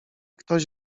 ktoś